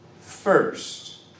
first